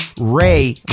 Ray